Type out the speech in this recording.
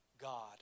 God